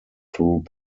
through